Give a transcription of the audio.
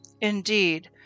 Indeed